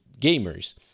gamers